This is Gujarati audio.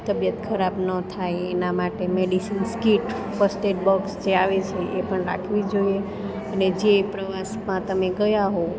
તબિયત ખરાબ ન થાય એના માટે medicines kit first aid box જે આવે છે એ પણ રાખવી જોઈએ અને જે પ્રવાસમાં તમે ગયા હો